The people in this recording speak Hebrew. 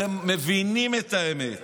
אתם מבינים את האמת.